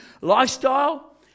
lifestyle